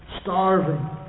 Starving